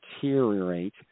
deteriorate